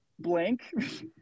blank